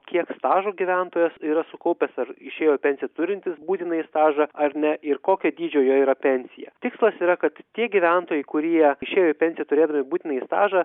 kiek stažo gyventojas yra sukaupęs ar išėjo pensiją turintis būtinąjį stažą ar ne ir kokio dydžio jo yra pensija tikslas yra kad tie gyventojai kurie išėjo į pensiją turėdami būtinąjį stažą